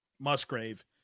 Musgrave